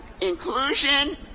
inclusion